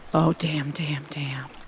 oh, damn, damn, damn.